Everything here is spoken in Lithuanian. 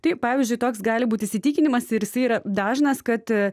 tai pavyzdžiui toks gali būti įsitikinimas ir jisai yra dažnas kad